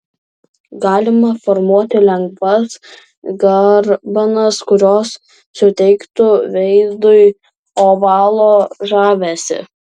galima formuoti lengvas garbanas kurios suteiktų veidui ovalo žavesį